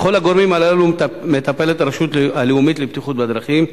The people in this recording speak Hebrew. בכל הגורמים הללו מטפלת הרשות הלאומית לבטיחות בדרכים,